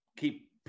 keep